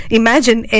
imagine